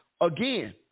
Again